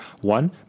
One